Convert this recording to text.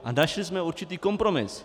A našli jsme určitý kompromis.